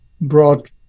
brought